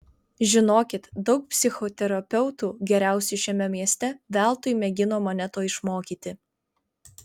žinokit daug psichoterapeutų geriausių šiame mieste veltui mėgino mane to išmokyti